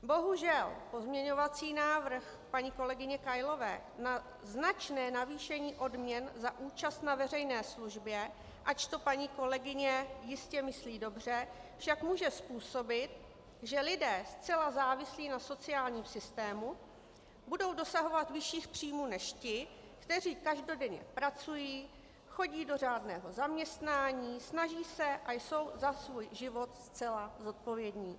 Bohužel pozměňovací návrh paní kolegyně Kailové na značné navýšení odměn za účast na veřejné službě, ač to paní kolegyně jistě myslí dobře, však může způsobit, že lidé zcela závislí na sociálním systému budou dosahovat vyšších příjmů než ti, kteří každodenně pracují, chodí do řádného zaměstnání, snaží se a jsou za svůj život zcela zodpovědní.